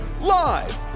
live